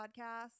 podcast